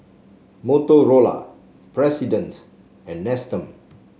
Motorola President and Nestum